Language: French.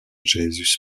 jesus